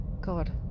God